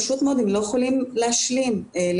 פשוט מאוד הם לא יכולים להשלים לימודים,